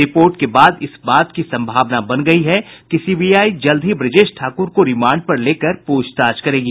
report के बाद इस बात की संभावना बन गयी है कि सीबीआई जल्द ही ब्रजेश ठाकर को रिमांड पर लेकर पूछताछ करेगी